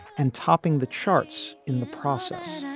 and topping the charts in the process.